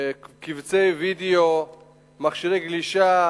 קובצי וידיאו, מכשיר גלישה